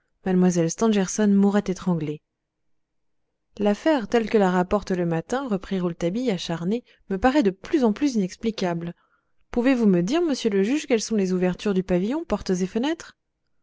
mlle stangerson mourait étranglée l'affaire telle que la rapporte le matin reprit rouletabille acharné me paraît de plus en plus inexplicable pouvez-vous me dire monsieur le juge quelles sont les ouvertures du pavillon portes et fenêtres